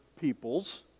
peoples